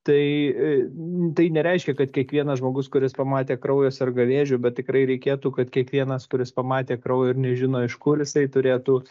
tai tai nereiškia kad kiekvienas žmogus kuris pamatė kraują serga vėžiu bet tikrai reikėtų kad kiekvienas kuris pamatė kraują ir nežino iš kur jisai turėtų